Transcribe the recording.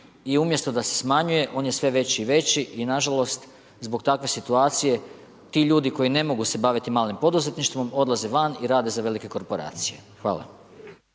i umjesto da se smanjuje, on je sve veći i veći i nažalost zbog takve situacije ti ljudi koji ne mogu se baviti mali poduzetništvom, odlaze van i rade za velike korporacije. Hvala.